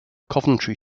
coventry